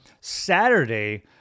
Saturday